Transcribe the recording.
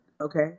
okay